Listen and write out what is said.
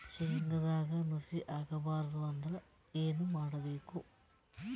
ಶೇಂಗದಾಗ ನುಸಿ ಆಗಬಾರದು ಅಂದ್ರ ಏನು ಮಾಡಬೇಕು?